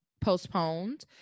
postponed